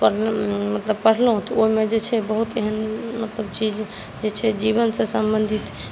मतलब पढ़लहुँ तऽ ओहिमे जे छै बहुत एहन मतलब चीज़ जे छै जे जीवनसँ सम्बन्धित